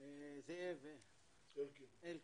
זאב אלקין,